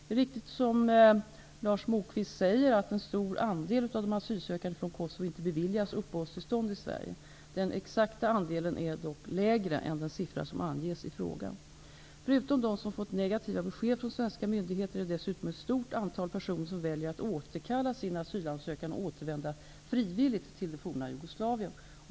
Det är riktigt som Lars Moquist säger att en stor andel av de asylsökande från Kosovo inte beviljas uppehållstillstånd i Sverige. Den exakta andelen är dock lägre än den siffra som anges i frågan. Förutom de som fått negativa besked från svenska myndigheter är det dessutom ett stort antal personer som väljer att återkalla sin asylansökan och återvända frivilligt till det forna Jugoslavien.